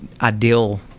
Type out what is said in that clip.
ideal